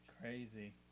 Crazy